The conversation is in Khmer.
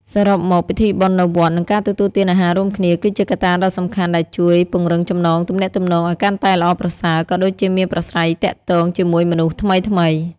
សរុបមក ពិធីបុណ្យនៅវត្ត និងការទទួលទានអាហាររួមគ្នា គឺជាកត្តាដ៏សំខាន់ដែលជួយ ពង្រឹងចំណងទំនាក់ទំនងឲ្យកាន់តែល្អប្រសើរ ក៏ដូចជាមានប្រាស្រ័យទាក់ទងជាមួយមនុស្សថ្មីៗ។